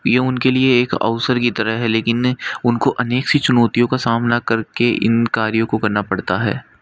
ये उनके लिए एक अवसर की तरह है लेकिन उनको अनेक सी चुनौतियों का सामना करके इन कार्यों को करना पड़ता है